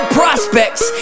prospects